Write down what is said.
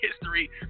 history